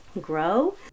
grow